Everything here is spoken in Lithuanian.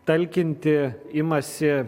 talkinti imasi